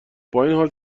بااینحال